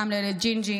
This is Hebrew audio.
פעם לילד ג'ינג'י,